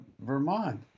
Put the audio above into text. Vermont